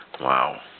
Wow